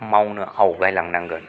मावनो आवगाय लांनांगोन